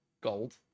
gold